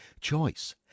choice